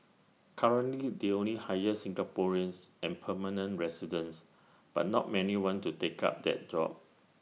currently they only hire Singaporeans and permanent residents but not many want to take up that job